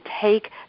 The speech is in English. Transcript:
take